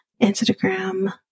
Instagram